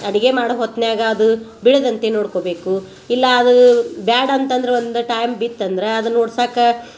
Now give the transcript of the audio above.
ಅಡಿಗೆ ಮಾಡೋ ಹೊತ್ನ್ಯಾಗ ಅದು ಬೀಳದಂತೆ ನೋಡ್ಕೊಬೇಕು ಇಲ್ಲಾ ಅದು ಬ್ಯಾಡ ಅಂತಂದ್ರೆ ಒಂದು ಟೈಮ್ ಬಿತ್ತಂದ್ರೆ ಅದನ್ನ ಓಡ್ಸಾಕ್ಕೆ